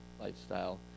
lifestyle